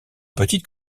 petites